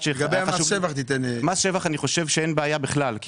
מס שבח אני חושב שאין בעיה בכלל.